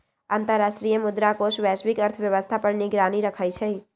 अंतर्राष्ट्रीय मुद्रा कोष वैश्विक अर्थव्यवस्था पर निगरानी रखइ छइ